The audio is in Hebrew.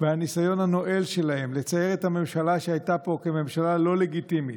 והניסיון הנואל שלהם לצייר את הממשלה שהייתה פה כממשלה לא לגיטימית,